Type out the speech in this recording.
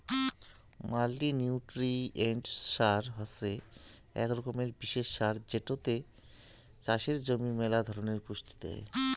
multinutrient সার হসে আক রকমের বিশেষ সার যেটোতে চাষের জমি মেলা ধরণের পুষ্টি দেই